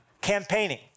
Campaigning